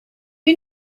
you